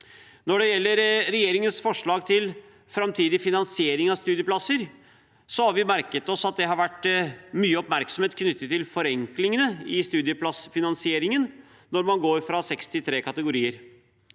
Når det gjelder regjeringens forslag til framtidig finansiering av studieplasser, har vi merket oss at det har vært mye oppmerksomhet knyttet til forenklingene i studieplassfinansieringen når man går fra seks til tre kategorier.